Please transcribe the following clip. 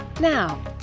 Now